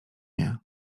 nie